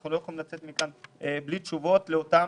אנחנו לא יכולים לצאת מכאן בלי תשובות לאותם